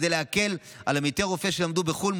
כדי להקל על עמיתי רופא שלמדו בחו"ל,